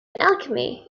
alchemy